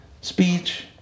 speech